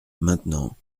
maintenant